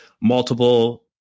multiple